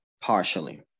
partially